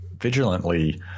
vigilantly